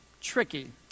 tricky